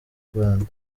rwanda